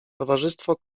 towarzystwo